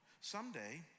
Someday